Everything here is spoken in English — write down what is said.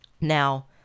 Now